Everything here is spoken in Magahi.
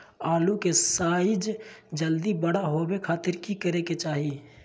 आलू के साइज जल्दी बड़ा होबे खातिर की करे के चाही?